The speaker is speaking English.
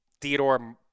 Theodore